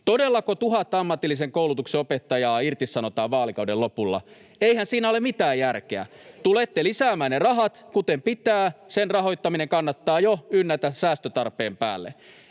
Todellako 1 000 ammatillisen koulutuksen opettajaa irtisanotaan vaalikauden lopulla? Eihän siinä ole mitään järkeä. Tulette lisäämään ne rahat, kuten pitää. Sen rahoittaminen kannattaa jo ynnätä säästötarpeen päälle.